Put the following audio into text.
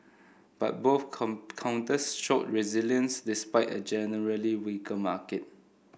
but both come counters showed resilience despite a generally weaker market